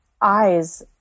eyes